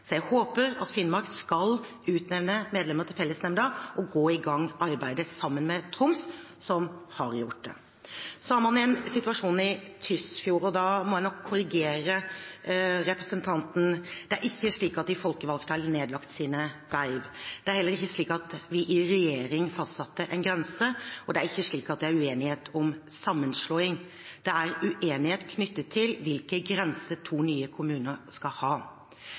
Jeg håper at Finnmark utnevner medlemmer til fellesnemnda og går i gang med arbeidet sammen med Troms, som har gjort det. Man har også en situasjon i Tysfjord, og da må jeg nok korrigere representanten. Det er ikke slik at de folkevalgte har nedlagt sine verv. Det er heller ikke slik at vi i regjering fastsatte en grense. Og det er ikke slik at det er uenighet om sammenslåing. Det er uenighet knyttet til hvilken grense to nye kommuner skal ha.